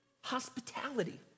hospitality